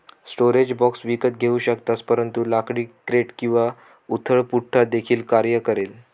storage box विकत घेऊ शकतात परंतु लाकडी क्रेट किंवा उथळ पुठ्ठा देखील कार्य करेल